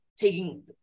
taking